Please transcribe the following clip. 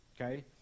okay